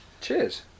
Cheers